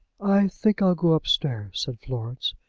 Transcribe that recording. i think i'll go upstairs, said florence.